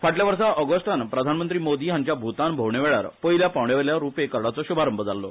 फाटल्या वर्सा ऑगस्टान प्रधानमंत्री मोदी हांच्या भूतान भोवणेवेळार पयल्या पावण्यावेल्या रूपे कार्डाचो शुभारंभ जाल्लो